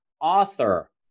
author